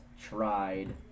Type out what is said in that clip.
tried